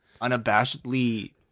unabashedly